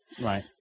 right